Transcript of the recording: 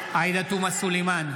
עאידה תומא סלימאן,